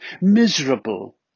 miserable